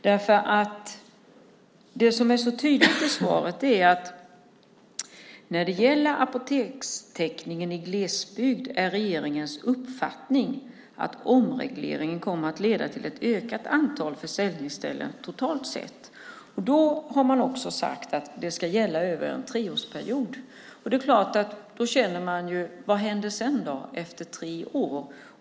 Det är tydligt i svaret att regeringens uppfattning när det gäller apotekstäckningen i glesbygd är att omregleringen kommer att leda till ett ökat antal försäljningsställen totalt sett. Man har sagt att det ska gälla över en treårsperiod. Då undrar man: Vad händer efter tre år?